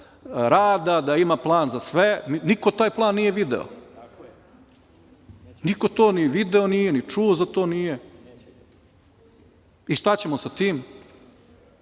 da ima plan za sve, niko taj plan nije video. Niko to ni video nije, ni čuo za to nije i šta ćemo sa tim?